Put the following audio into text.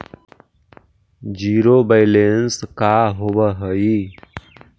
Zero balance का होव हइ?